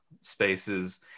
spaces